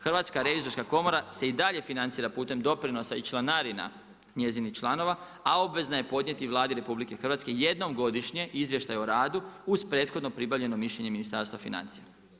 Hrvatska revizorska komora se i dalje financira putem doprinosa i članarina njezinih članova, a obvezna je podnijeti Vladi RH jednom godišnje izvještaj o radu uz prethodno pribavljeno mišljenje Ministarstva financija.